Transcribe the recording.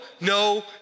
no